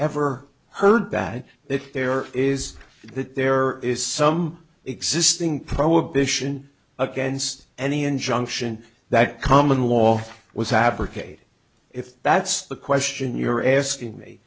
ever heard bad that there is that there is some existing prohibition against any injunction that common law was apprecate if that's the question you're asking me